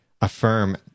affirm